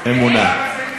"אמונה".